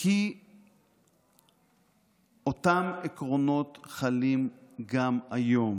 כי אותם עקרונות חלים גם היום.